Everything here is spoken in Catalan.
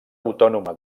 autònoma